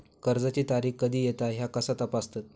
कर्जाची तारीख कधी येता ह्या कसा तपासतत?